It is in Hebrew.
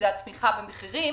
התמיכה במחירים.